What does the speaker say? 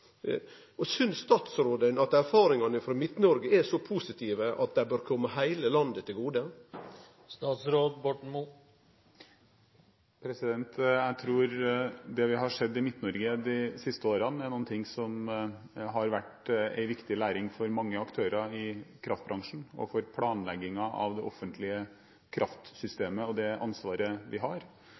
statsråden at erfaringane frå Midt-Noreg er så positive at dei bør kome heile landet til gode? Jeg tror at det vi har sett i Midt-Norge de siste årene, er noe som har vært en viktig læring for mange aktører i kraftbransjen og for planleggingen av det offentlige kraftsystemet og det ansvaret de har.